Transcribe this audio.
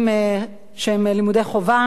יתירה מזה,